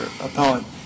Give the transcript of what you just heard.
appellant